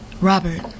Robert